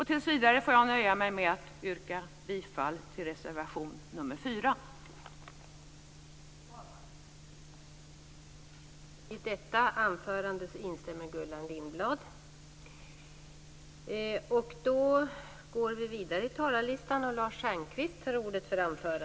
Tills vidare får jag nöja mig med att yrka bifall till reservation nr 4.